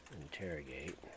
interrogate